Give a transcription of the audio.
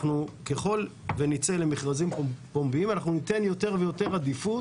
ככל שנצא למכרזים פומביים אנחנו ניתן יותר ויותר עדיפות.